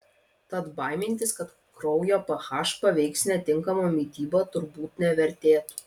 tad baimintis kad kraujo ph paveiks netinkama mityba turbūt nevertėtų